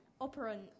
Operant